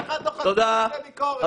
ההצגה הטובה ביותר בעיר ללא פרקליטות,